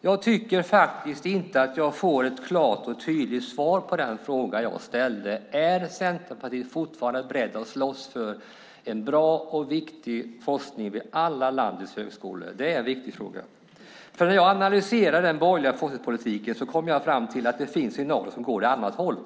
Jag tycker inte att jag fått ett klart och tydligt svar på den fråga jag ställde, nämligen: Är Centerpartiet fortfarande berett att slåss för en bra och viktig forskning vid landets samtliga högskolor? Det är en viktig fråga. När jag analyserar den borgerliga forskningspolitiken kommer jag fram till att det finns några som går åt ett annat håll.